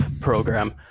program